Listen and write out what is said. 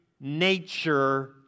nature